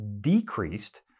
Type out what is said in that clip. decreased